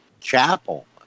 chapel